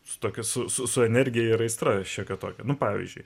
su tokia su su su energija ir aistra šiokio tokio nu pavyzdžiui